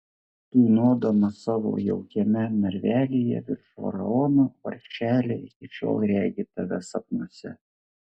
tūnodama savo jaukiame narvelyje virš faraono vargšelė iki šiol regi tave sapnuose